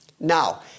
Now